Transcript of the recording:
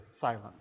silence